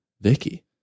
Vicky